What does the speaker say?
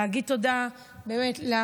להגיד תודה למשמר,